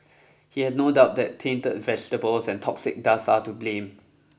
he has no doubt that tainted vegetables and toxic dust are to blame